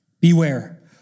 Beware